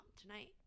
tonight